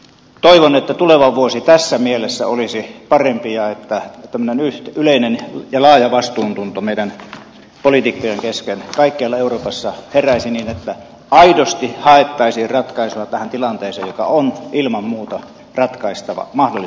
toivon että tuleva vuosi tässä mielessä olisi parempi ja että tämmöinen yleinen ja laaja vastuuntunto meidän poliitikkojen kesken kaikkialla euroopassa heräisi niin että aidosti haettaisiin ratkaisua tähän tilanteeseen joka on ilman muuta ratkaistava mahdollisimman pian